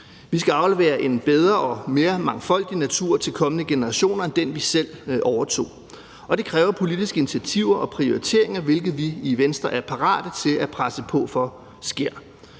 Vi skal aflevere en bedre og mere mangfoldig natur til kommende generationer end den, vi selv overtog. Det kræver politiske initiativer og prioriteringer, hvilket vi i Venstre er parate til at presse på for sker.